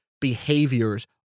behaviors